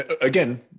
Again